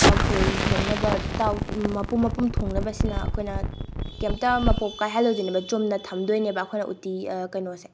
ꯇꯥꯎꯊꯣꯡ ꯊꯣꯡꯅꯕ ꯃꯄꯨꯝ ꯃꯄꯨꯝ ꯊꯣꯡꯅꯕ ꯑꯁꯤꯅ ꯑꯩꯈꯣꯏꯅ ꯀꯩꯝꯇ ꯃꯄꯣꯞ ꯀꯥꯏꯍꯜꯂꯣꯏꯅꯦꯕ ꯆꯨꯝꯅ ꯊꯝꯗꯣꯏꯅꯦꯕ ꯑꯩꯈꯣꯏꯅ ꯎꯇꯤ ꯀꯩꯅꯣꯁꯦ